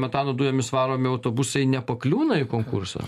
metano dujomis varomi autobusai nepakliūna į konkursą